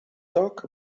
talk